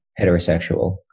heterosexual